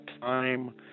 time